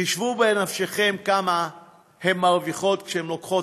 חשבו כמה הן מרוויחות כשהן לוקחות